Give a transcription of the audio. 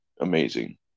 amazing